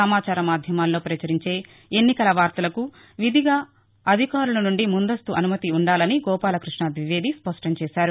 సమాచార మాధ్యమాల్లో ప్రచురించే ఎన్నికల వార్తలకు విధిగా అధికారుల నుండి ముందస్తు అనుమతి ఉండాలని గోపాలకృష్ణ ద్వివేది స్పష్టం చేశారు